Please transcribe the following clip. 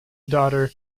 daughter